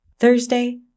Thursday